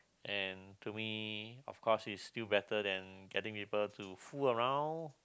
and to me of course it's still better than getting people to fool around